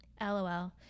lol